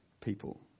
people